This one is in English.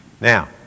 Now